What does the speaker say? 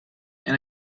and